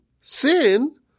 sin